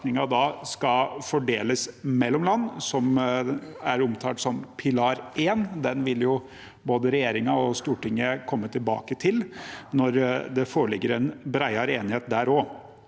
skal fordeles mellom land, som er omtalt som pilar 1. Den vil både regjeringen og Stortinget komme tilbake til når det foreligger en bredere enighet der også.